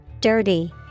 Dirty